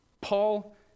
Paul